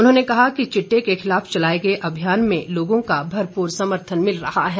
उन्होंने कहा कि चिट्टे के खिलाफ चलाए गए अभियान में लोगों का भरपूर समर्थन मिल रहा है